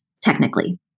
technically